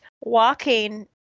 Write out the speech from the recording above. walking